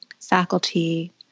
faculty